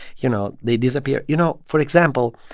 you know, they disappear. you know, for example,